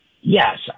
yes